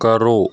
ਕਰੋ